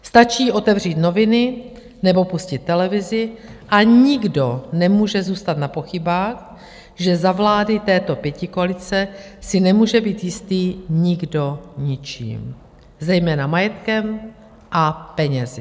Stačí otevřít noviny nebo pustit televizi a nikdo nemůže zůstat na pochybách, že za vlády této pětikoalice si nemůže být jistý nikdo ničím, zejména majetkem a penězi.